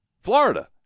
Florida